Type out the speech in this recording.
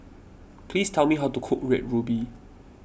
please tell me how to cook Red Ruby